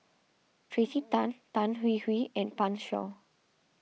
Tracey Tan Tan Hwee Hwee and Pan Shou